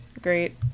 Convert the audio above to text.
great